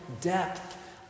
depth